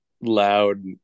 loud